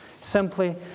Simply